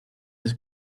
this